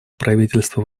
правительств